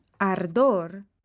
ardor